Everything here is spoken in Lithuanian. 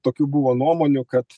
tokių buvo nuomonių kad